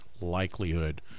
likelihood